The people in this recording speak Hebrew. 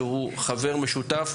שהוא חבר משותף.